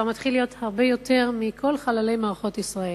מתחיל להיות גדול הרבה יותר מכל חללי מערכות ישראל.